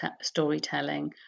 storytelling